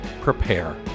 prepare